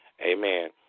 Amen